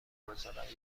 میگذارند